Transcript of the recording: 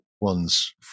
ones